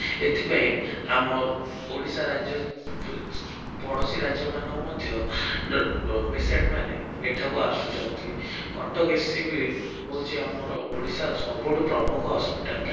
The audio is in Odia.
ଏଥିପାଇଁ ଆମ ଓଡ଼ିଶା ରାଜ୍ୟ ପଡ଼ୋଶୀ ରାଜ୍ୟମାନଙ୍କୁ ମଧ୍ୟ ପେସେଣ୍ଟମାନେ ଏଠାକୁ ଆସୁଛନ୍ତି କଟକ ଏସ ସି ବି ହେଉଛି ଆମର ଓଡ଼ିଶାର ସବୁଠାରୁ ପ୍ରମୁଖ ହସ୍ପିଟାଲ